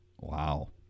Wow